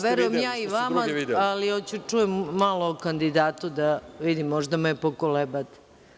Verujem ja i vama, ali hoću da čujem malo o kandidatu, da vidim, možda me pokolebate.